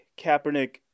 Kaepernick